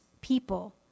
people